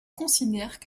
considèrent